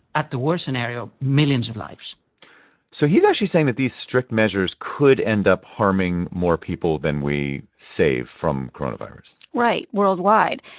at the worst scenario, millions of lives so he's actually saying that these strict measures could end up harming more people than we save from coronavirus right worldwide.